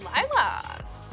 Lilas